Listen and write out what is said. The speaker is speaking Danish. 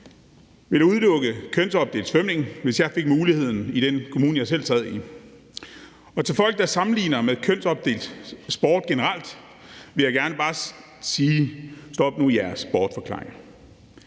ville udelukke kønsopdelt svømning, hvis jeg fik muligheden for det i den kommune, jeg selv sad i. Til folk, der sammenligner med kønsopdelt sport generelt, vil jeg gerne bare sige: Stop nu jeres bortforklaringer.